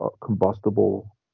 combustible